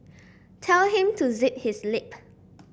tell him to zip his lip